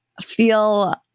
feel